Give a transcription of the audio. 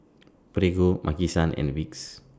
Prego Maki San and Vicks